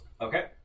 Okay